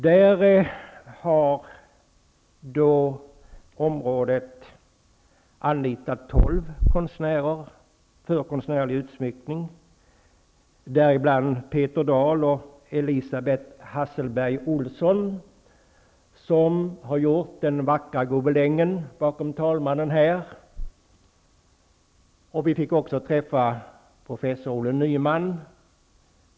Området har anlitat 12 konstnärer för konstnärlig utsmyckning, däribland Elisabeth Hasselberg Olsson, som har gjort den vackra gobelängen bakom talmannen, och Peter Dahl. Utskottet fick också träffa professor Olle Nyman.